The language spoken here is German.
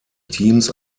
teams